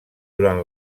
durant